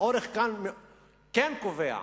האורך כאן כן קובע.